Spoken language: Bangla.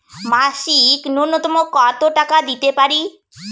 মাসিক নূন্যতম কত টাকা দিতে পারি?